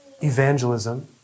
evangelism